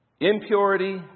Impurity